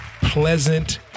pleasant